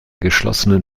geschlossenen